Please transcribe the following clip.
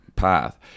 path